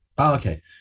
Okay